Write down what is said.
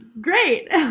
Great